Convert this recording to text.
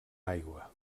aigua